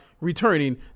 returning